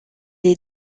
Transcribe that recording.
est